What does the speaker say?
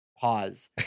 Pause